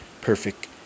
perfect